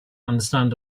understand